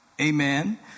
Amen